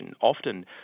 Often